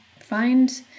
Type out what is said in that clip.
find